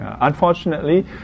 Unfortunately